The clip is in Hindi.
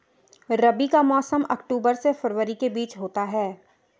रबी का मौसम अक्टूबर से फरवरी के बीच होता है